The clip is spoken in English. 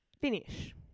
Finish